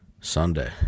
Sunday